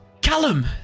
Callum